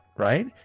right